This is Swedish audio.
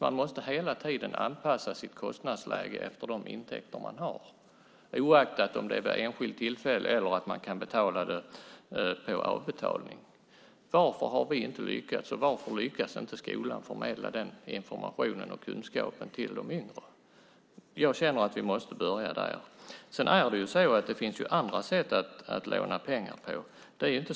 Man måste hela tiden anpassa sitt kostnadsläge efter de intäkter man har, oavsett om det är ett enskilt tillfälle eller om man tar det på avbetalning. Varför har varken vi eller skolan lyckats förmedla den informationen och kunskapen till de yngre? Vi måste börja där. Det finns andra sätt att låna pengar.